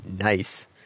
Nice